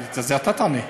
על זה אתה תענה.